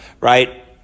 right